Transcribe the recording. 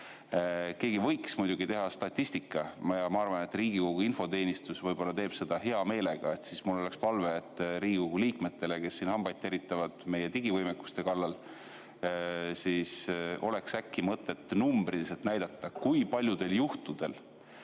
keegi võiks teha statistikat. Ma arvan, et Riigikogu infoteenistus võib-olla teeb seda hea meelega. Mul on palve Riigikogu liikmetele, kes siin hambaid teritavad meie digivõimekuse kallal, et äkki oleks mõtet numbriliselt näidata, kui paljudel juhtudel